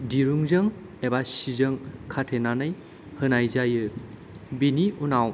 दिरुंजों एबा सिजों खाथेनानै होनाय जायो बिनि उनाव